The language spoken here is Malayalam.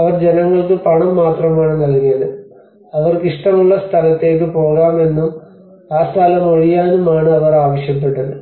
അവർ ജനങ്ങൾക്ക് പണം മാത്രമാണ് നൽകിയത് അവർക്ക് ഇഷ്ടമുള്ള സ്ഥലത്തേക്ക് പോകാം എന്നും ആ സ്ഥലം ഒഴിയാനും ആണ് അവർ ആവശ്യപ്പെട്ടത്